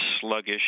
sluggish